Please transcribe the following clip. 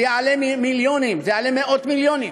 זה יעלה מיליונים, זה יעלה מאות מיליונים.